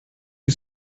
you